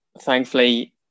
thankfully